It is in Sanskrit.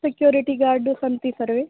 सेक्युरिटि गार्ड् सन्ति सर्वे